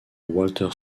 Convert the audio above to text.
walter